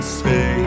say